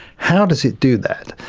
how does it do that?